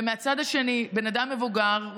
ומהצד השני בן אדם מבוגר,